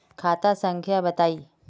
खाता संख्या बताई?